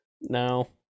No